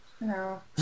No